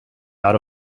out